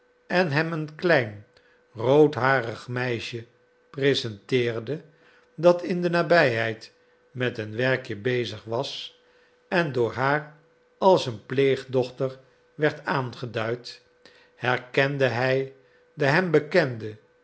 en hem een klein roodharig meisje presenteerde dat in de nabijheid met een werkje bezig was en door haar als haar pleegdochter werd aangeduid herkende hij de hem bekende